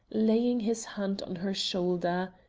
laying his hand on her shoulder.